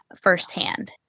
firsthand